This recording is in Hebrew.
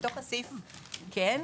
בתוך הסעיף כן,